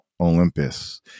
Olympus